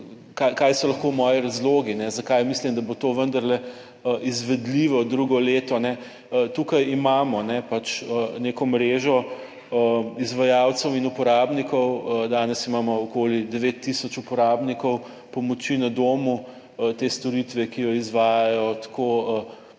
kaj so lahko moji razlogi, zakaj mislim, da bo to vendarle izvedljivo drugo leto. Tukaj imamo pač neko mrežo izvajalcev in uporabnikov. Danes imamo okoli 9 tisoč uporabnikov pomoči na domu, te storitve, ki jo izvajajo tako